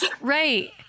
Right